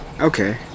Okay